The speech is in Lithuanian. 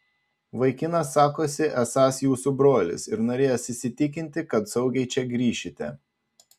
vaikinas sakosi esąs jūsų brolis ir norėjęs įsitikinti kad saugiai čia grįšite